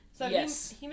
Yes